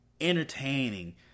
Entertaining